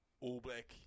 all-black